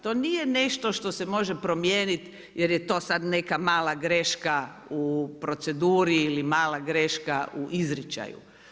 To nije nešto što se može promijeniti, jer je to sad neka mala greška u proceduri ili mala greška u izričaju.